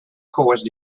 course